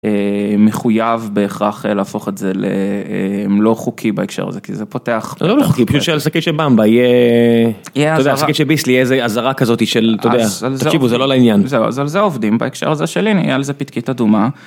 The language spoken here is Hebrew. מחויב בהכרח להפוך את זה ללא חוקי בהקשר הזה כי זה פותח זה לא לא חוקי בקשר לשקית של במבה יהיה איזה שקית של ביסלי אזהרה כזאת של אתה יודע תקשיבו זה לא לעניין אז על זה עובדים בהקשר הזה שלי נהיה על זה פתקית אדומה.